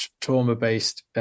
trauma-based